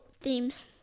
themes